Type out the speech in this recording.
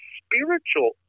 spiritual